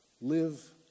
live